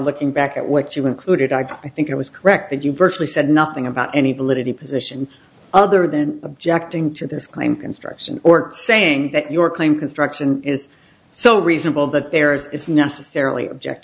looking back at what you included i think it was correct that you virtually said nothing about any validity position other than objecting to this claim construction or saying that your claim construction is so reasonable that there is necessarily object